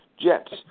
Jets